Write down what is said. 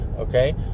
okay